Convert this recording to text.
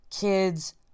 kid's